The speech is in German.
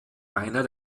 einer